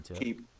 keep